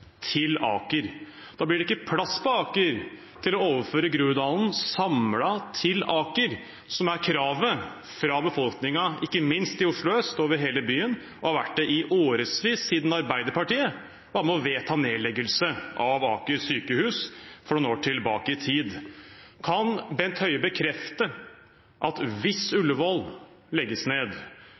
til Aker. Da blir det ikke plass til å overføre Groruddalen samlet til Aker, som er kravet fra befolkningen – ikke minst i Oslo øst – over hele byen og har vært det i årevis siden Arbeiderpartiet var med på å vedta nedleggelse av Aker sykehus noen år tilbake i tid. Kan Bent Høie bekrefte at hvis Ullevål legges ned,